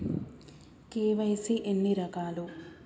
KYC ఎన్ని రకాలు?